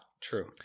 True